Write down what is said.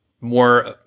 more